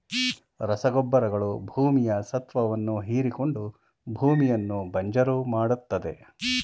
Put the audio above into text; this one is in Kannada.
ರಸಗೊಬ್ಬರಗಳು ಭೂಮಿಯ ಸತ್ವವನ್ನು ಹೀರಿಕೊಂಡು ಭೂಮಿಯನ್ನು ಬಂಜರು ಮಾಡತ್ತದೆ